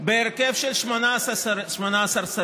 בהרכב של 18 שרים.